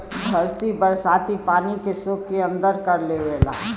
धरती बरसाती पानी के सोख के अंदर कर लेवला